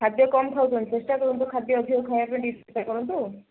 ଖାଦ୍ୟ କମ୍ ଖାଉଛନ୍ତି ଚେଷ୍ଟା କରନ୍ତୁ ଖାଦ୍ୟ ଅଧିକ ଖାଇବା ପାଇଁ ଟିକେ ଚେଷ୍ଟା କରନ୍ତୁ